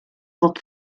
wort